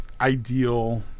ideal